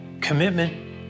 commitment